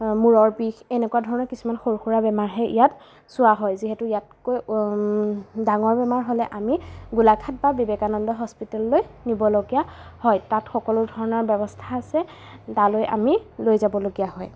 মূৰৰ বিষ এনেকুৱা ধৰণৰ কিছুমান সৰু সুৰা বেমাৰহে ইয়াত চোৱা হয় যিহেতু ইয়াতকৈ ডাঙৰ বেমাৰ হ'লে আমি গোলাঘাট বা বিবেকানন্দ হস্পিটেললৈ নিবলগীয়া হয় তাত সকলো ধৰণৰ ব্যৱস্থা আছে তালৈ আমি লৈ যাবলগীয়া হয়